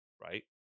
right